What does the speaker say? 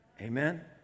amen